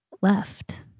left